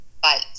fight